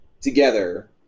together